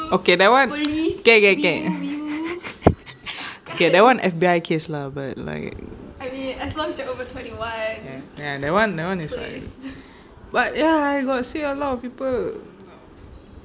okay that [one] K K K okay that [one] F_B_I case lah but like ya that [one] that [one] is like but ya I got see a lot of people